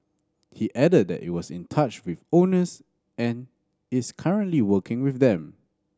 he added that it was in touch with owners and is currently working with them